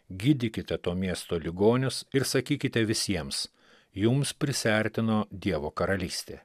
gydykite to miesto ligonius ir sakykite visiems jums prisiartino dievo karalystė